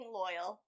loyal